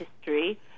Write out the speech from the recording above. history